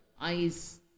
eyes